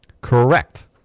Correct